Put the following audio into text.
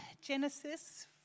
Genesis